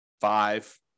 five